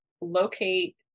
locate